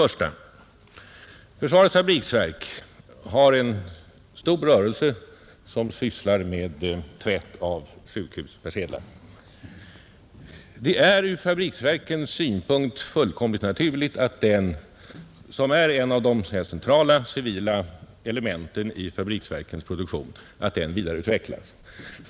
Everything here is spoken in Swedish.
Förenade fabriksverken har en stor rörelse som sysslar med tvätt av sjukhuspersedlar. Det är från fabriksverkens synpunkt fullkomligt naturligt att denna rörelse, som är ett av de centrala civila elementen i fabriksverkens produktion, vidareutvecklas.